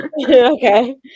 Okay